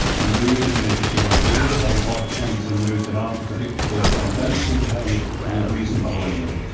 mood is an interesting one, so people having odd changes of mood that aren't predictable and don't seem to have any any reason behind them.